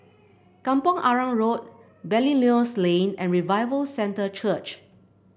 Kampong Arang Road Belilios Lane and Revival Centre Church